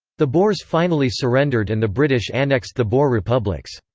the boers finally surrendered and the british annexed the boer republics.